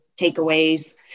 takeaways